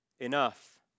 Enough